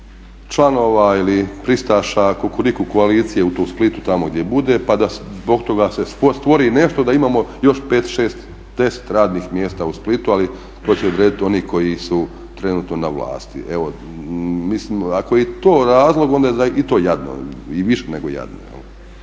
nekoliko članova ili pristaša Kukuriku u … Splitu tamo gdje bude pa da zbog toga se stvori nešto da imamo još 5-6, 10 radnih mjesta u Splitu ali to će odredit oni koji su trenutno na vlasti. Ako je to razlog onda je i to jadno i više nego jadno.